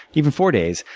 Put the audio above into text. even four days,